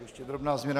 Ještě drobná změna.